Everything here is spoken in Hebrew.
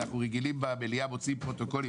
אנחנו רגילים שבמליאה מוציאים פרוטוקולים